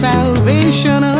Salvation